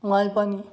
Malpani